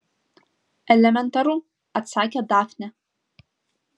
elementaru atsakė dafnė